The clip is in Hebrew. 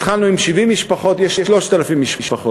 התחלנו עם 70 משפחות, ויש 3,000 משפחות.